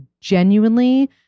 genuinely